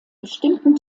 bestimmten